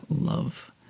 love